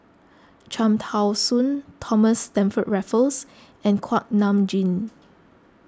Cham Tao Soon Thomas Stamford Raffles and Kuak Nam Jin